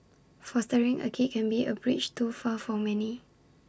fostering A kid can be A bridge too far for many